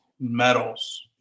medals